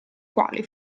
quali